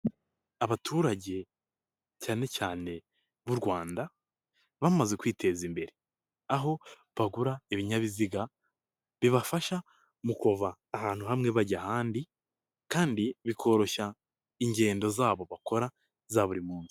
Abaturage cyane cyane b'u Rwanda bamaze kwiteza imbere, aho bagura ibinyabiziga bibafasha mu kuva ahantu hamwe bajya ahandi kandi bikoroshya ingendo zabo bakora za buri munsi.